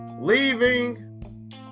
leaving